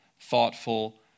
thoughtful